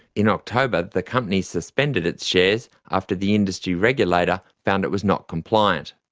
in october the company suspended its shares after the industry regulator found it was not compliant.